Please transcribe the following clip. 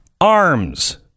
arms